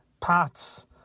Pats